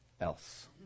else